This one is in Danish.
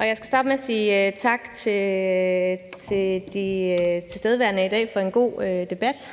Jeg skal starte med sige tak til de tilstedeværende i dag for en god debat.